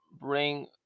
bring